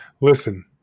listen